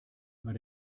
immer